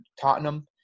Tottenham